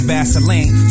Vaseline